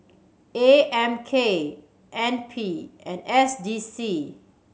A M K N P and S D C